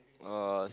ah